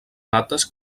mates